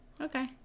Okay